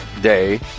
day